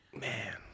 Man